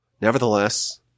Nevertheless